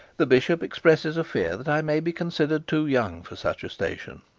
the bishop expresses a fear that i may be considered too young for such a station,